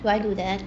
do I do that